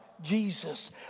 Jesus